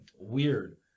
weird